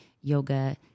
yoga